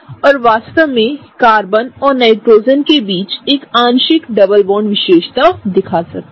और वास्तव में कार्बन और नाइट्रोजन के बीच एक आंशिक डबल बॉन्ड विशेषता दिखा सकता है